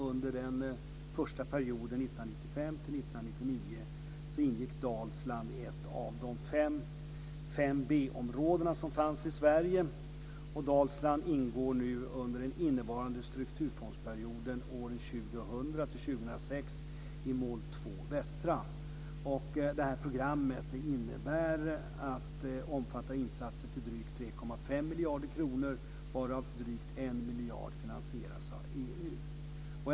Under den första perioden 1995-1999 ingick Dalsland i ett av de Jag menar att här har Dalsland väldigt stora möjligheter att med utgångspunkt i egen förmåga ta fram mycket. Sedan delar jag uppfattningen att Dalsland är en av de delar i vårt land som behöver mycket stöd.